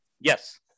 Yes